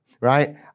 right